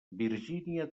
virgínia